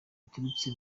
biturutse